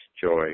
joy